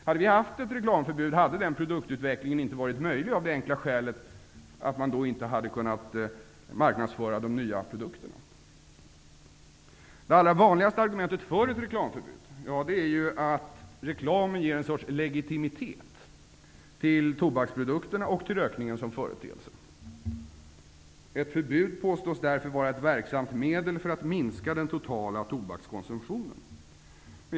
Hade vi haft ett reklamförbud hade den produktutvecklingen inte varit möjlig av det enkla skälet att man då inte hade kunnat marknadsföra de nya produkterna. Det vanligaste argumentet för ett reklamförbud är att reklamen ger en sorts legitimitet till tobaksprodukterna och till rökningen som företeelse. Ett förbud påstås därför vara ett verksamt medel för att minska den totala tobakskonsumtionen.